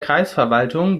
kreisverwaltung